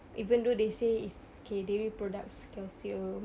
even though they say is okay dairy products calcium